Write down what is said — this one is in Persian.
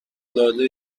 العاده